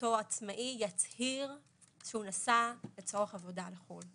אותו עצמאי יצהיר שהוא נסע לצורך עבודה בחו"ל.